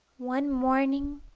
one morning,